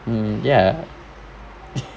mm ya